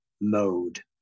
mode